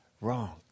wrong